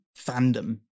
fandom